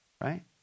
right